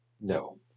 No